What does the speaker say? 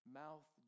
mouth